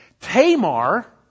Tamar